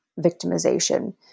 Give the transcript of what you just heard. victimization